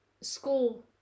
school